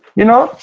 you know,